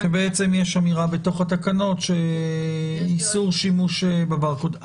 שבעצם יש אמירה בתוך התקנות של איסור שימוש בברקוד.